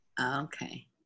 okay